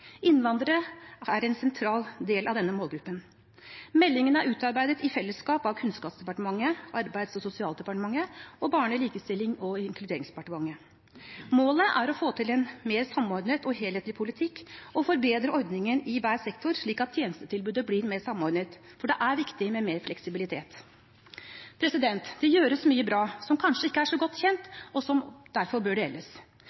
Innvandrere er en sentral del av denne målgruppen. Meldingen er utarbeidet i fellesskap av Kunnskapsdepartementet, Arbeids- og sosialdepartementet og Barne-, likestillings- og inkluderingsdepartementet. Målet er å få til en mer samordnet og helhetlig politikk og forbedre ordningen i hver sektor, slik at tjenestetilbudet blir mer samordnet, for det er viktig med mer fleksibilitet. Det gjøres mye bra som kanskje ikke er så godt kjent,